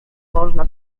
można